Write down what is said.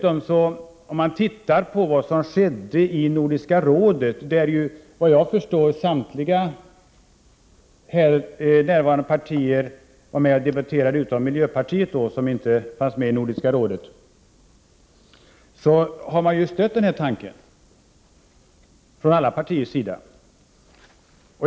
Om man dessutom tittar på vad som skedde i Nordiska rådet — där såvitt jag förstår samtliga här närvarande partier var med och debatterade, utom miljöpartiet, som inte deltog i Nordiska rådet — stödde alla partier denna tanke.